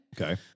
Okay